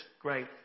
great